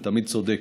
ותמיד צודקת,